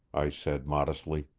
i said modestly.